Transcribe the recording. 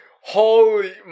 holy